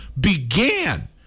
began